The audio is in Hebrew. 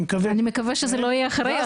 אני מקווה שזה לא יהיה אחרי הצו.